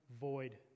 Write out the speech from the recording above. void